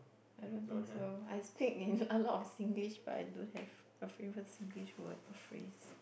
I don't think so I speak in a lot of Singlish but I don't have a favourite Singlish word or phrase